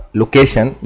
location